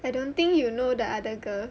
I don't think you will know the other girl